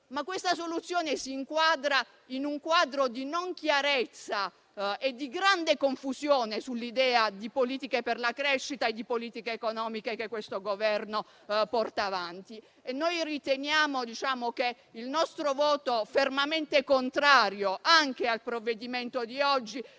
- la soluzione si inquadra in un quadro di non chiarezza e di grande confusione sull'idea di politiche per la crescita e di politica economica che questo Governo porta avanti. Noi riteniamo che il nostro voto fermamente contrario anche al provvedimento di oggi